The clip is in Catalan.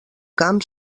camp